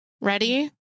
Ready